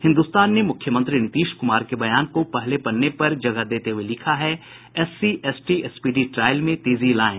हिन्द्रस्तान ने मुख्यमंत्री नीतीश क्मार के बयान को पहले पन्ने पर प्रकाशित करते हुए लिखा है एससी एसटी स्पीडी ट्रायल में तेजी लायें